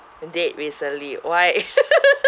date recently why